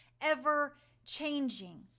ever-changing